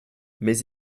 mais